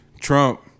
Trump